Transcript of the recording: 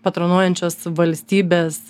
patronuojančios valstybės